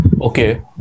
Okay